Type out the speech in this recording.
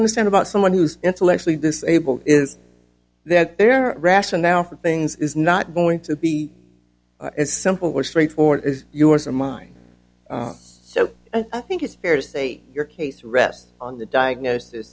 understand about someone who's intellectually disabled is that their rationale for things is not going to be as simple or straightforward as yours or mine so i think it's fair to say your case rests on the diagnosis